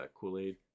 Kool-Aid